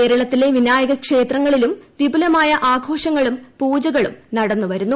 കേരളത്തിലെ വിനായക ക്ഷേത്രങ്ങളിലും വിപുലമായ ആഘോഷങ്ങളും പൂജകളും നടന്നു വരുന്നു